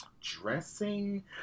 dressing